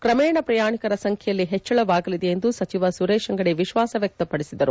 ಕ್ರಮೇಣ ಪ್ರಯಾಣಿಕರ ಸಂಖ್ಣೆಯಲ್ಲಿ ಹೆಚ್ಚಳವಾಗಲಿದೆ ಎಂದು ಸಚಿವ ಸುರೇಶ್ ಅಂಗಡಿ ವಿಶ್ನಾಸ ವ್ಯಕ್ತಪಡಿಸಿದರು